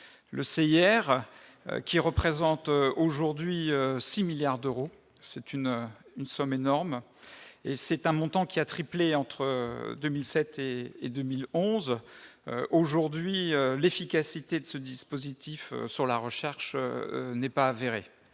Seilliere qui représente aujourd'hui 6 milliards d'euros, c'est une une somme énorme et c'est un montant qui a triplé entre 2007 et et 2011 aujourd'hui l'efficacité de ce dispositif sur la recherche n'est pas avéré